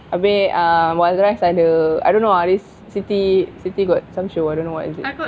abeh ah while the rest ada I don't know ah this city city got show I don't know what is it